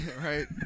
right